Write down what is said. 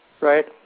right